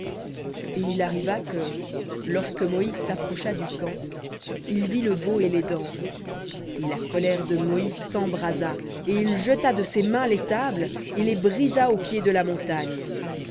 et il arriva que lorsque s'approcha du camp il vit le veau et les danses et la colère de moïse s'embrasa et il jeta de ses mains les tables et les brisa au pied de la montagne